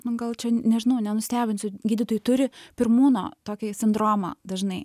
nu gal čia nežinau nenustebinsiu gydytojai turi pirmūno tokį sindromą dažnai